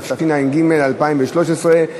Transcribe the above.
התשע"ג 2013,